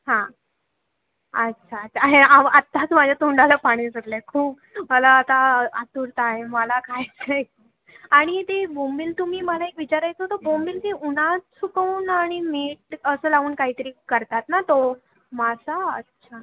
हां अच्छा ते अहो आत्ताच माझ्या तोंडाला पाणी सुटलं आहे खूप मला आता आतुरता आहे मला खायचं आहे आणि ती बुम्बील तुम्ही मला एक विचारायचं होतं बोंबील ती उन्हात सुकवून आणि मीठ असं लावून काहीतरी करतात ना तो मासा अच्छा